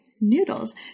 Noodles